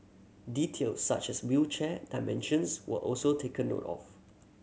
details such as wheelchair dimensions were also taken note of